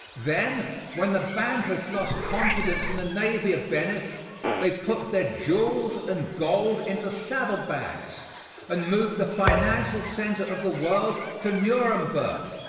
then when the bankers lost confidence in the navy of venice they put their jewels and gold into saddle bags and moved the financial center of the world to nuremburg,